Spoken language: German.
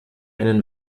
einen